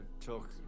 took